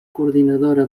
coordinadora